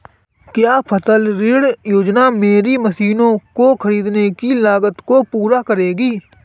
क्या फसल ऋण योजना मेरी मशीनों को ख़रीदने की लागत को पूरा करेगी?